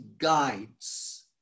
guides